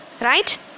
Right